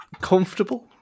comfortable